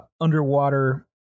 underwater